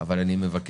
אבל אני מבקש